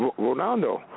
Ronaldo